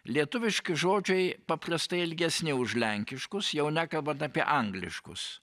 lietuviški žodžiai paprastai ilgesni už lenkiškus jau nekalbant apie angliškus